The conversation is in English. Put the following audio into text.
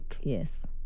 yes